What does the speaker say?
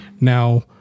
Now